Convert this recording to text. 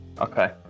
Okay